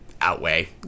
outweigh